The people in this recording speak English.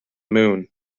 moon